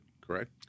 Correct